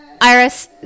Iris